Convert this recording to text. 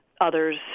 others